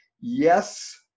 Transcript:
yes